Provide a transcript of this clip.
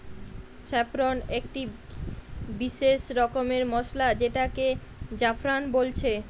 saffron একটি বিসেস রকমের মসলা যেটাকে জাফরান বলছে